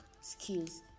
skills